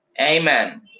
Amen